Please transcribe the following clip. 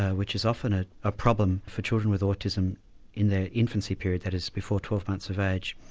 ah which is often a ah problem for children with autism in their infancy period that is before twelve months of age.